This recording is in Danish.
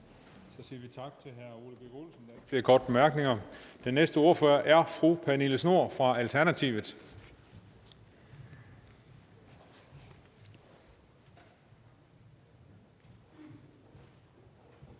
Så siger vi tak til hr. Ole Birk Olesen. Der er ikke flere korte bemærkninger. Den næste ordfører er fru Pernille Schnoor fra Alternativet.